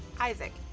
Isaac